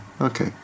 Okay